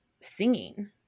singing